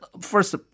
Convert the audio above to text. First